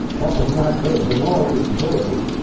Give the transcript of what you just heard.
that was not good, the war was dirty.